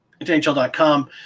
NHL.com